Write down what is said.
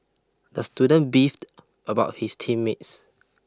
the student beefed about his team mates